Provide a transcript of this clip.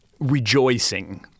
rejoicing